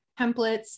templates